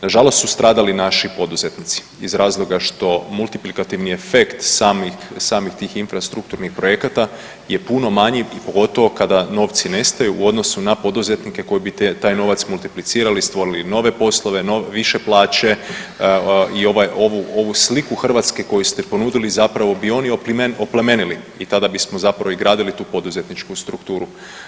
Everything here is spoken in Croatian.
Nažalost su stradali naši poduzetnici iz razloga što multiplikativni efekt samih tih infrastrukturnih projekata je puno manji, pogotovo kada novci nestaju u odnosu na poduzetnike koji bi taj novac multiplicirali i stvorili nove postove, više plaće i ovu sliku Hrvatske koju ste ponudili zapravo bi oni oplemenili i tada bismo zapravo i gradili tu poduzetničku strukturu.